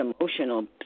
emotional